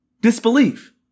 Disbelief